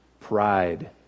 Pride